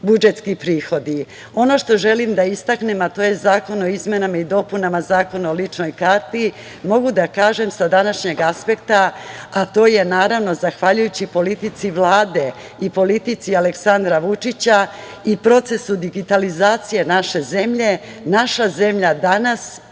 budžetski prihodi. Ono što želim da istaknem, a to je Zakon o izmenama i dopunama Zakona o ličnoj karti, mogu da kažem sa današnjeg aspekta, a to je naravno zahvaljujući politici Vlade i politici Aleksandra Vučića i procesu digitalizacije naše zemlje, naša zemlja danas